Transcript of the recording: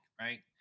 right